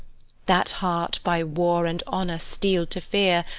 that heart, by war and honour steel'd to fear,